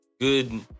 good